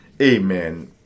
Amen